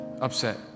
Upset